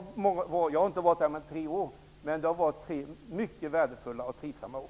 Jag har inte varit där mer än tre år, men det har varit tre mycket värdefulla och trivsamma år.